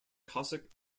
cossack